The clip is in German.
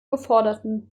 geforderten